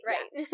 Right